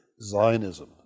zionism